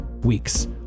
weeks